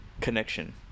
connection